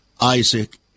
Isaac